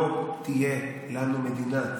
לא תהיה לנו מדינה.